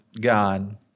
God